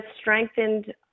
strengthened